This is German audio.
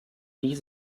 dies